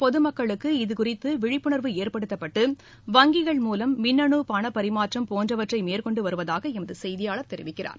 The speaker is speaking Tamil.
பொது மக்களுக்கு இதுகுறித்து விழிப்புணர்வு ஏற்படுத்தப்பட்டு வங்கிகள் மூலம் மின்னணு பணப்பரிமாற்றம் போன்றவற்றை மேற்கொண்டு வருவதாக எமது செய்தியாளர் தெரிவிக்கிறார்